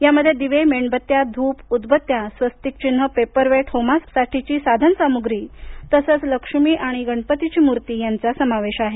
यामध्ये दिवे मेणबत्त्या धूप उदबत्त्या स्वस्तिक चिन्ह पेपरवेट होमासाठीची साधन सामुग्री तसंच लक्ष्मी आणि गणपतीची मूर्ती यांचा समावेश आहे